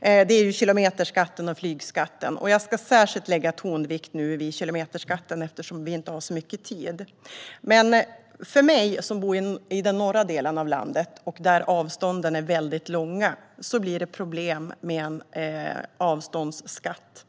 Det gäller kilometerskatten och flygskatten. Jag ska lägga särskild tonvikt vid kilometerskatten, eftersom vi inte har så mycket tid. För mig som bor i den norra delen av landet, där avstånden är långa, blir det problem med en avståndsskatt.